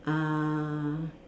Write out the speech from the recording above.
uh